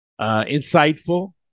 insightful